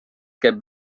käib